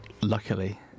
Luckily